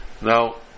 now